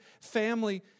family